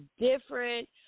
different